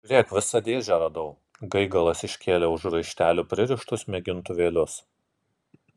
žiūrėk visą dėžę radau gaigalas iškėlė už raištelių pririštus mėgintuvėlius